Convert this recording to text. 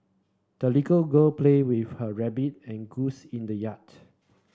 the little girl played with her rabbit and goose in the yard